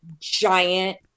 giant